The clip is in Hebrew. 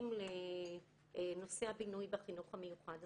ששייכים לנושא הבינוי בחינוך המיוחד.